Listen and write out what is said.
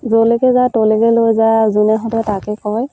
যলৈকে যায় তলৈকে লৈ যায় আৰু যোনে সোধে তাকে কয়